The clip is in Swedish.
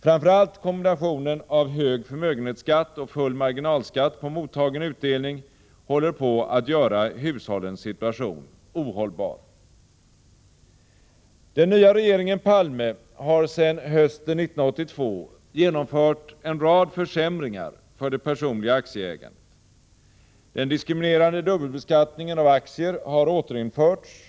Framför allt kombinationen av hög förmögenhetsskatt och full marginalskatt på mottagen utdelning håller på att göra hushållens situation ohållbar. Den nya regeringen Palme har sedan hösten 1982 genomfört en rad försämringar för det personliga aktieägandet. Den diskriminerande dubbelbeskattningen av aktier har återinförts.